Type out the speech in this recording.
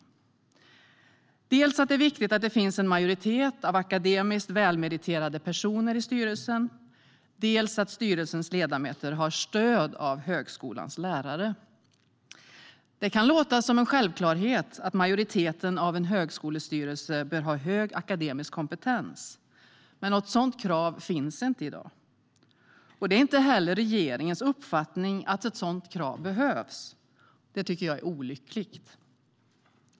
Det handlar dels om att det är viktigt att det finns en majoritet av akademiskt välmeriterade personer i styrelsen, dels om att styrelsens ledamöter har stöd av högskolans lärare. Det kan låta som en självklarhet att majoriteten av en högskolestyrelse bör ha hög akademisk kompetens, men något sådant krav finns inte i dag. Det är inte heller regeringens uppfattning att ett sådant krav behövs. Det tycker jag är olyckligt.